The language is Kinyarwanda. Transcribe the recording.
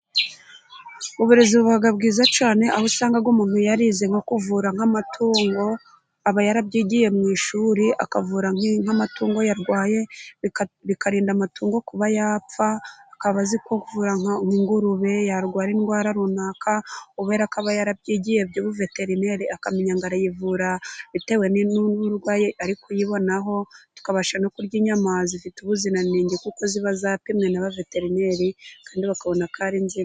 Uburezi buba bwiza cyane, aho usanga umuntu yarize nko kuvura nk'amatungo, aba yarabyigiye mu ishuri, akavura nk'amatungo yarwaye, bikarinda amatungo kuba yapfa, akaba azi kuvura nk'ingurube, yarwara indwara runaka, kubera ko aba yarabyigiye ubuveterineri akamenya ngo arayivura bitewe n'uburwayi ari kuyibonaho, tukabasha no kurya inyamaswa zifite ubuziranenge kuko ziba zapimwe na ba veterineri, kandi bakabona ko ari nzima.